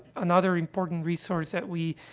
another important resource that we,